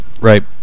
right